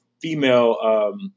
female